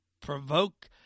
provoke